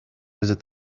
visit